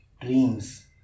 dreams